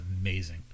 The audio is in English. amazing